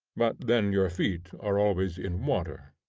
but then your feet are always in water.